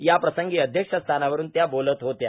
याप्रसंगी अध्यक्षस्थानावरून त्या बोलत होत्या